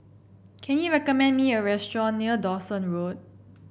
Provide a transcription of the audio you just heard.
can you recommend me a restaurant near Dawson Road